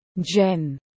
Jen